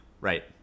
Right